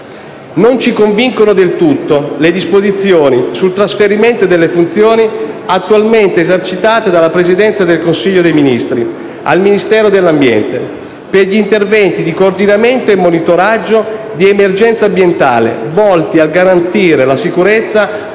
Non ci convincono del tutto le disposizioni sul trasferimento delle funzioni, attualmente esercitate dalla Presidenza del Consiglio dei ministri, al Ministero dell'ambiente, per gli interventi di coordinamento e monitoraggio di emergenza ambientale, volti a garantire la sicurezza agroalimentare